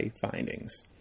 findings